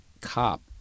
cop